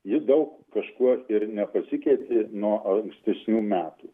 ji daug kažkuo ir nepasikeitė nuo ankstesnių metų